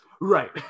right